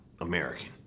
American